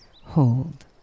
Hold